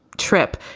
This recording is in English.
tripp,